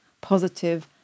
positive